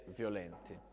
violenti